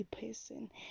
person